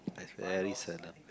I very seldom